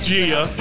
Gia